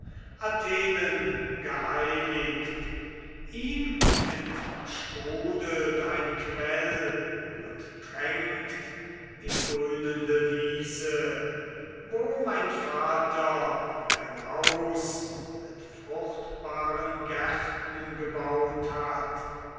athenen geheiligt ihm entsprudelt ein quell und tränkt die grünende wiese wo mein vater ein haus mit fruchtbaren gärten gebaut hat